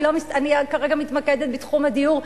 אני כרגע מתמקדת בתחום הדיור,